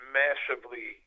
massively